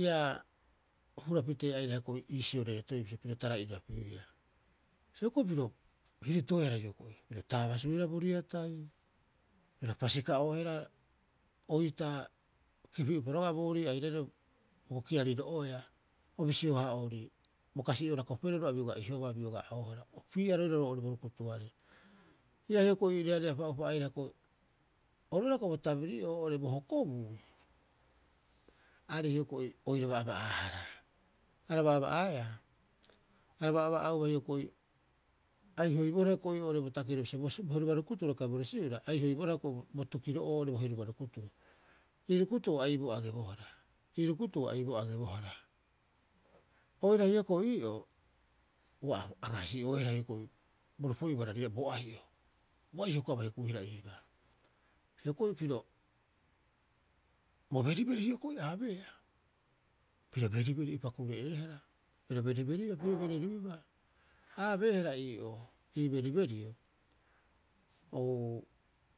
ia hura pitee aira hioko'i iisio reetoiiu bisio piro tarai'orapiuia. Hioko'i piro hiritoehara hioko'i, piro taabasuihara bo riatai, piro pasika'oehara oitaa kipi'upa roga'a borii airaire bo kokiariro'oea, o bisiohaa'oori bo kasi'oo rakoperero a bioga ihoba biogaa'oohara opii'a roira roo're bo rukutuarei. Iiaae hioko'i reareapaa'upa aira hioko'i, oru oira hioko'i bo tabiri'oo oo'ore bo hokobuu aarei hioko'i oiraba aba'aahara. Araba aba'aeaa, araba aba'aauba hioko'i, a ihoibohara hioko'i oo'ore bo takiro bisio, bo heruba rukuturo kai bo resiura. A ihoibohara hioko'i bo tukiro'oo oo'ore bo heruba rukuturo. Ii rukutuo a iiboo agebohara, ii rukutuo a iiboo agebohara. Oira hioko'i ii'oo ua agaasi'oehara hioko'i boropoi'oo barariabaa, bo ai'o, bo ai'o hioko'i abai hukuihara iibaa. Hioko'i piro, bo beriberi hioko'i a abeea, piro beriberi'upa kure'eehara, piro beriberibaa, piro beriberibaa. A abeehara ii'oo ii beriberi uu.